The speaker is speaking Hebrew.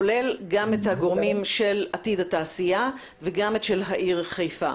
כולל גם את הגורמים של עתיד התעשייה וגם את של העיר חיפה.